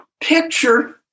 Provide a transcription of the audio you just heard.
picture